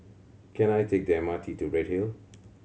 can I take the M R T to Redhill